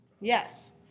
Yes